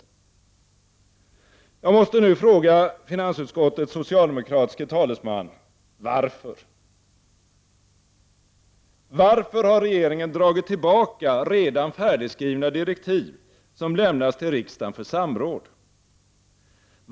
Jag måste nu fråga finansutskottets socialdemokratiske talesman: Varför? Varför har regeringen dragit tillbaka redan färdigskrivna direktiv, som lämnats till riksdagen för samråd?